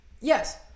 Yes